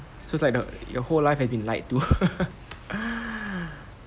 so it's like the your whole life have been lied to